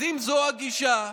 אז אם זהו הגישה,